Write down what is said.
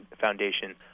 Foundation